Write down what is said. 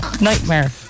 Nightmare